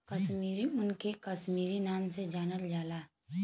कसमीरी ऊन के कसमीरी क नाम से जानल जाला